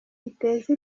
biteza